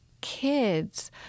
kids